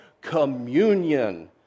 communion